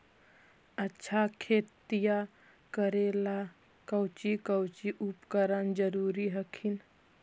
अच्छा खेतिया करे ला कौची कौची उपकरण जरूरी हखिन?